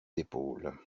épaules